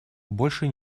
больше